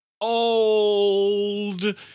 old